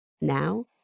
now